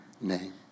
name